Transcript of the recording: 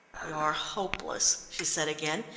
you're hopeless, she said again,